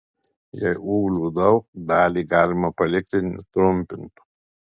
jei ūglių daug dalį galima palikti netrumpintų